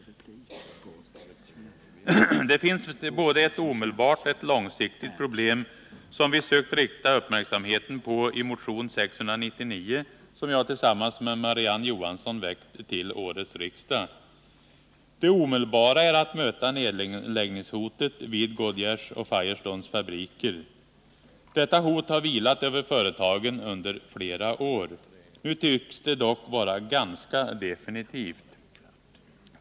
; Det finns både ett omedelbart och ett långsiktigt problem, vilket vi sökt rikta uppmärksamheten på i motionen 699 som jag tillsammans med Marie-Ann Johansson väckt till årets riksdag. Det omedelbara är att möta nedläggningshotet vid Goodyears och Firestones fabriker. Detta hot har vilat över företagen under flera år. Nu tycks det dock vara ganska definitivt.